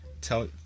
tell